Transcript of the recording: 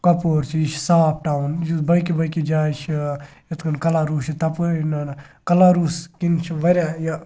کپوٲر چھُ یہِ چھُ صاف ٹاوُن یُس باقٕے باقٕے جایہِ چھِ یِتھ کٔنۍ کَلَروٗس چھِ تَپٲرۍ نہ نہ کَلاروٗس کِنۍ چھِ واریاہ یہِ